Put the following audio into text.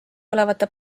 olevate